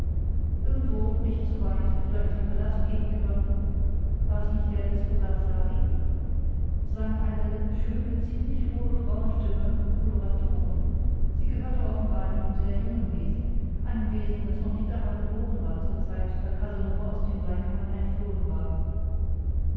irgendwo nicht zu weit vielleicht in dem palast gegenüber war es nicht der des fogazzari sang eine schöne ziemlich hohe frauenstimme koloraturen sie gehörte offenbar einem sehr jungen wesen einem wesen das noch nicht einmal geboren war zur zeit da casanova aus den bleikammern entflohen war